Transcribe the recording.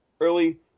early